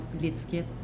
l'étiquette